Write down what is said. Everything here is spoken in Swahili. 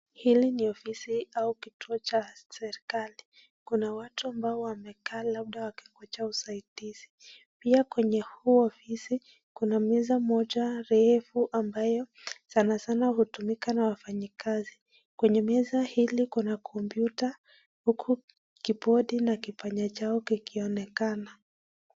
Hili ni ofisi au kituo cha serikali , kuna watu ambao wamekaa labda wakingojea usaidizi ,pia kwenye huu ofisi kuna meza moja refu ambayo sana sana hutumika na wafanyikazi , kwenye meza hili kuna (cs) computer (cs) huku kibodi na kipanya chao kikionekana.